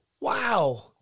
wow